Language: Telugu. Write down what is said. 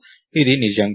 ఇది నిజం కాదు